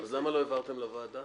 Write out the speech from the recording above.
אז למה לא העברתם לוועדה?